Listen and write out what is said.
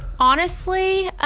honestly,